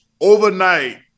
overnight